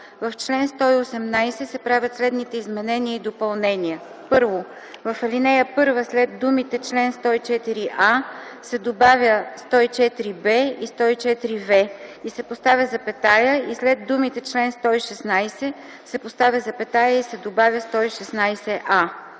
В чл. 118 се правят следните изменения и допълнения: 1. В ал. 1 след думите „чл. 104а” се добавя „104б и 104в” и се поставя запетая и след думите „чл. 116” се поставя запетая и се добавя „116а”.